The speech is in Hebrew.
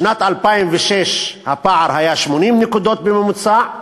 בשנת 2006 הפער היה 80 נקודות בממוצע,